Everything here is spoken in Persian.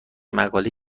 مقاله